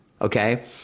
okay